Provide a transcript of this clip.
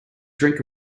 drink